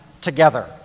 together